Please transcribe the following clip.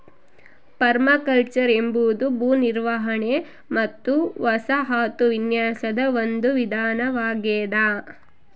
permaculture ಎಂಬುದು ಭೂ ನಿರ್ವಹಣೆ ಮತ್ತು ವಸಾಹತು ವಿನ್ಯಾಸದ ಒಂದು ವಿಧಾನವಾಗೆದ